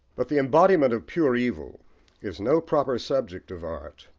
but the embodiment of pure evil is no proper subject of art,